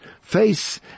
face